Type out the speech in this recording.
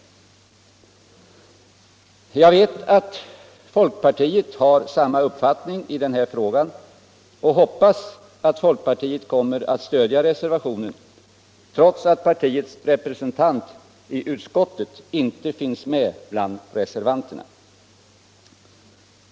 Jag vet att folkpartiet har samma uppfattning i den här frågan och hoppas att folkpartiet kommer att stödja reservationen trots att partiets representant i utskottet inte finns med bland reservanterna.